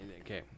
Okay